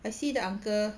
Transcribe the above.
I see the uncle